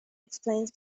explains